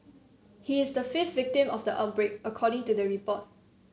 he is the fifth victim of the outbreak according to the report